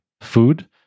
food